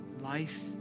life